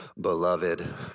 beloved